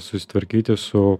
susitvarkyti su